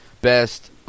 best